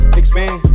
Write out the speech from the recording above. expand